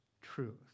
truth